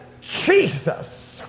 Jesus